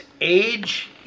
age